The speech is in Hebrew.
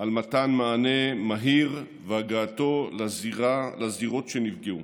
על מתן מענה מהיר והגעתם לזירות שנפגעו.